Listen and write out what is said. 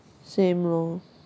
same lor